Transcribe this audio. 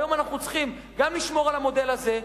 והיום אנחנו צריכים גם לשמור על המודל הזה,